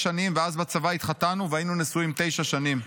שנים ואז בצבא התחתנו והיינו נשואים תשע שנים.